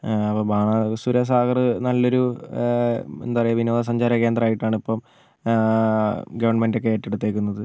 അപ്പോൾ ബാണാസുര സാഗറ് നല്ലൊരു എന്താ പറയാ വിനോദ സഞ്ചാര കേന്ദ്രമായിട്ടാണ് ഇപ്പം ഗവൺമെൻറ്റൊക്കെ ഏറ്റെടുത്തേക്കുന്നത്